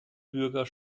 bürger